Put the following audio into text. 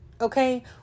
okay